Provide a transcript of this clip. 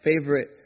Favorite